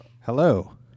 Hello